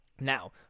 Now